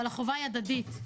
אבל החובה היא הדדית,